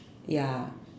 ya